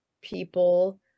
people